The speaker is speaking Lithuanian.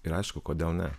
ir aišku kodėl ne